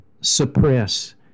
suppress